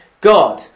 God